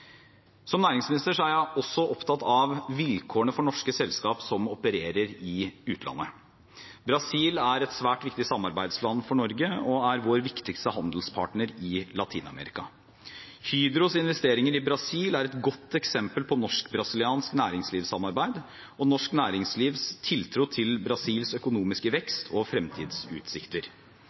Som næringsminister er jeg også opptatt av vilkårene for norske selskap som opererer i utlandet. Brasil er et svært viktig samarbeidsland for Norge og er vår viktigste handelspartner i Latin-Amerika. Hydros investeringer i Brasil er et godt eksempel på norsk-brasiliansk næringslivssamarbeid og norsk næringslivs tiltro til Brasils økonomiske vekst og fremtidsutsikter.